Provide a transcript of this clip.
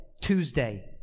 Tuesday